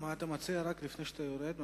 מה אתה מציע, לפני שאתה יורד מהבמה?